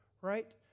right